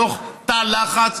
בתוך תא לחץ,